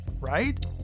right